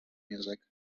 music